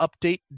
update